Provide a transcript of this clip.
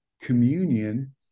communion